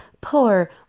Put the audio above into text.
poor